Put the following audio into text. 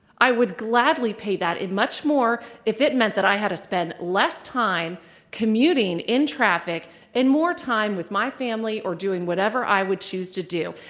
i would gladly pay that, and much more, if it meant that i had to spend less time commuting in traffic and more time with my family or doing whatever i would choose to do.